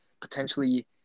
potentially –